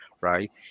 right